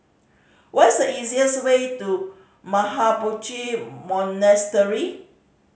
what is the easiest way to Mahabodhi Monastery